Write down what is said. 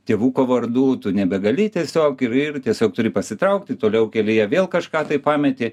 tėvuko vardu tu nebegali tiesiog ir ir tiesiog turi pasitraukti toliau kelyje vėl kažką tai pameti